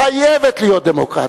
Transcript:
חייבת להיות דמוקרטית.